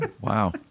Wow